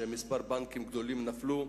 שבו כמה בנקים גדולים נפלו,